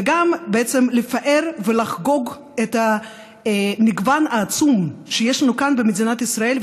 וגם בעצם לפאר ולחגוג את המגוון העצום שיש לנו כאן במדינת ישראל,